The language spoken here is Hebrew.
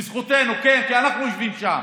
בזכותנו, כן, כי אנחנו יושבים שם,